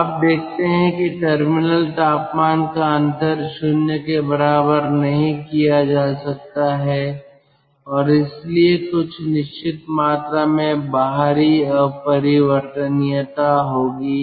तो आप देखते हैं कि टर्मिनल तापमान का अंतर 0 के बराबर नहीं किया जा सकता है और इसीलिए कुछ निश्चित मात्रा में बाहरी अपरिवर्तनीयता होगी